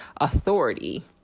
authority